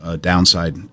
downside